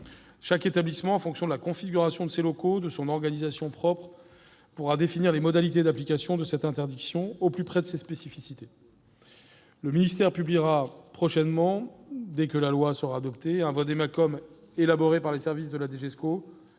Chaque établissement, en fonction de la configuration de ses locaux et de son organisation propre, pourra définir les modalités d'application de cette interdiction, au plus près de ses spécificités. Le ministère publiera prochainement, dès que la proposition de loi sera adoptée, un vade-mecum élaboré par les services de la DGESCO,